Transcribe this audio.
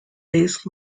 bass